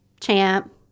champ